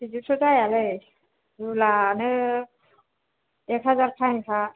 बिदिथ' जायालै रुलानो एक हाजार फाइनखा